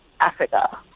Africa